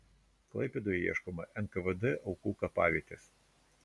klaipėdoje ieškoma nkvd aukų kapavietės